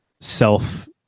self